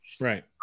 right